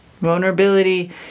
vulnerability